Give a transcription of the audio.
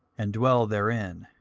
and dwell therein.